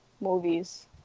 movies